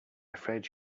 afraid